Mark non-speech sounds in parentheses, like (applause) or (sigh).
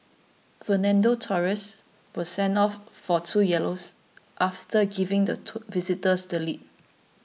Fernando Torres (noise) was sent off for two yellows after giving the to visitors the lead